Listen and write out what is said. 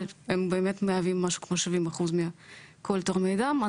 אבל הם באמת מהווים משהו כמו 70% מכל תורמי הדם,